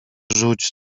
rzuć